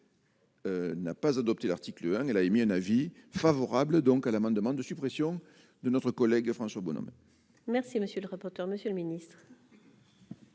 N'a pas adopté l'article 1 elle a émis un avis favorable donc à l'amendement de suppression de notre collègue François Bonhomme. Merci, monsieur le rapporteur, monsieur le Ministre.